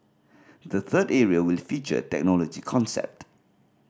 the third area will feature technology concept